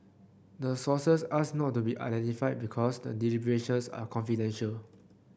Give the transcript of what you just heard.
the sources asked not to be identified because the deliberations are confidential